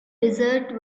desert